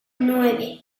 nueve